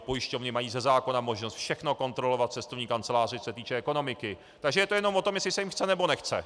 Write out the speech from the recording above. Pojišťovny mají ze zákona možnost všechno kontrolovat v cestovní kanceláři, co se týče ekonomiky, takže je to jenom o tom, jestli se jim chce, nebo nechce.